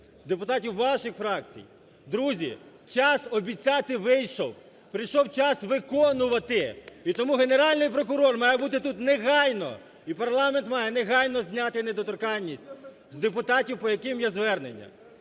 депутатів ваших фракцій. Друзі, час обіцяти вийшов. Прийшов час виконувати! І тому Генеральний прокурор має бути тут негайно! І парламент має негайно зняти недоторканність з депутатів, по яким є звернення.